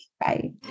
Bye